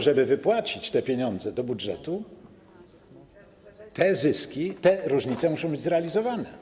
Żeby jednak wpłacić te pieniądze do budżetu, te zyski, te różnice muszą być zrealizowane.